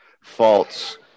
False